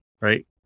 right